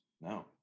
no